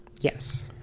Yes